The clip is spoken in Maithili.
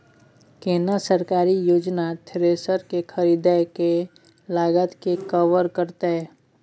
केना सरकारी योजना थ्रेसर के खरीदय के लागत के कवर करतय?